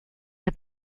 der